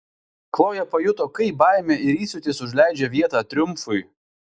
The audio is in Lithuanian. kloja pajuto kaip baimė ir įsiūtis užleidžia vietą triumfui